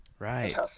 Right